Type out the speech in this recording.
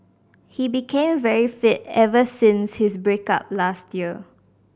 he became very fit ever since his break up last year